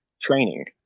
training